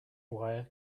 wire